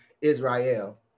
Israel